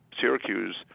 Syracuse